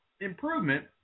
improvement